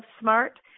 smart